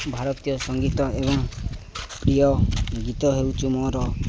ଭାରତୀୟ ସଙ୍ଗୀତ ଏବଂ ପ୍ରିୟ ଗୀତ ହେଉଛି ମୋର